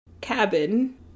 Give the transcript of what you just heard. cabin